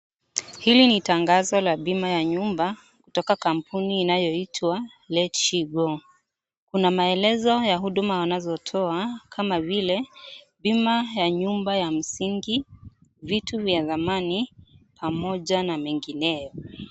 Hili ni tangazo la bima ya nyumba kutoka kampuni inayoitwa Letshego kuna maelezo ya huduma wanazotoa kama vile bima ya nyumba ya msingi vitu vya dhamani pamoja na mengineo.